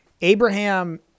Abraham